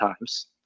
times